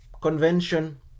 convention